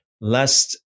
lest